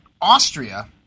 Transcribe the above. Austria